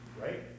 right